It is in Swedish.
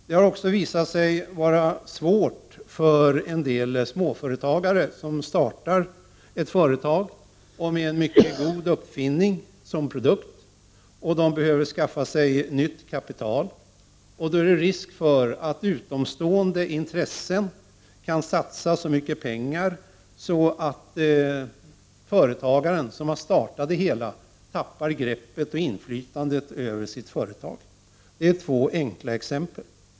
Det har också visat sig vara svårt för t.ex. en småföretagare som startar ett företag med en mycket god uppfinning som produkt att skaffa nytt kapital. Då är det risk för att utomstående intressen satsar så mycket pengar att företagaren tappar greppet och inflytandet över sitt företag.